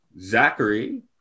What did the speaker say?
Zachary